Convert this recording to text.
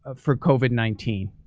ah for covid nineteen.